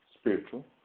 spiritual